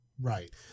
Right